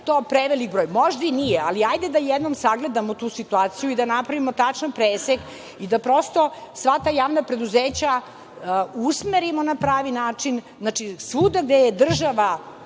to prevelik broj. Možda i nije, ali hajde da jednom sagledamo tu situaciju i da napravimo tačan presek i da prosto sva ta javna preduzeća usmerimo na pravi način, znači, svuda gde je država